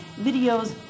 videos